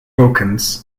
wilkins